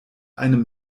einem